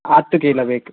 ಹತ್ತು ಕಿಲೋ ಬೇಕು